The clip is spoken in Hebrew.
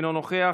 אינו נוכח,